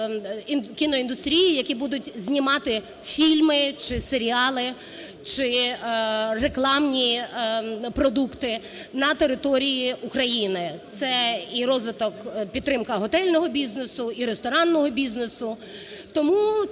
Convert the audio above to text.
кіноіндустрії, які будуть знімати фільми чи серіали, чи рекламні продукти на території України, це і розвиток і підтримка готельного бізнесу, і ресторанного бізнесу,